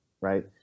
right